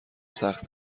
سخت